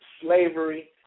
slavery